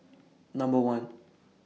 Number one